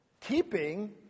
keeping